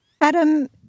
Adam